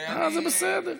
זה בסדר.